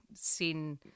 seen